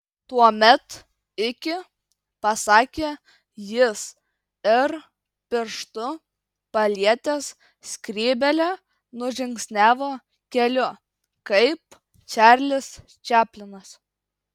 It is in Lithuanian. tuomet iki pasakė jis ir pirštu palietęs skrybėlę nužingsniavo keliu kaip čarlis čaplinas